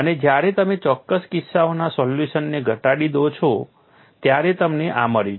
અને જ્યારે તમે ચોક્કસ કિસ્સાઓના સોલ્યુશનને ઘટાડી દો છો ત્યારે તમને આ મળ્યું છે